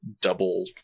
double